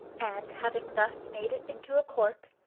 and, having thus made it into a cork,